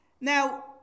Now